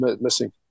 missing